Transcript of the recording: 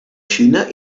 xina